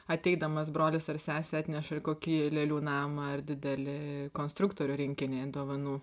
ateidamas brolis ar sesė atneša kokį lėlių namą ar dideli konstruktorių rinkinį dovanų